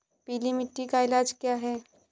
पीली मिट्टी का इलाज क्या है?